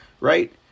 right